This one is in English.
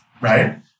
right